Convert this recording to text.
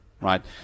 right